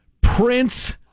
Prince